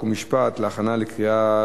חוק ומשפט נתקבלה.